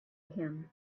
him